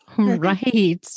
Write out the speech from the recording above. Right